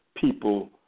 people